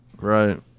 right